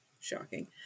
shocking